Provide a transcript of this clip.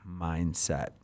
mindset